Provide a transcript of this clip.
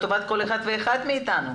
לטובת כל אחד ואחד מאתנו.